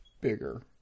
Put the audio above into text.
bigger